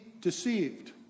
deceived